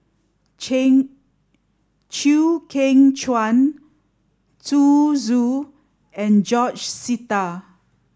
Chew Kheng Chuan Zhu Xu and George Sita